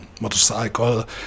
motorcycle